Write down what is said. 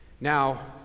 Now